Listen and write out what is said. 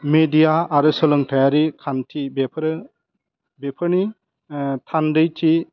media आरो सोलोंथाइआरि खान्थि बेफोरो बेफोरनि थान्दैथि